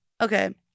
Okay